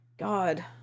God